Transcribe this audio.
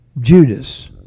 Judas